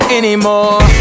anymore